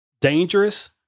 dangerous